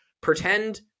pretend